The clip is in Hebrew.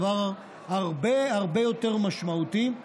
דבר הרבה הרבה יותר משמעותי,